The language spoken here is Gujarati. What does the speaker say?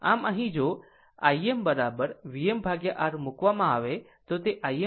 આમ અહીં જો m VmR મૂકવામાં આવે તો તે Im√ 2 છે